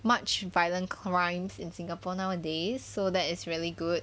much violent crimes in singapore nowadays so that is really good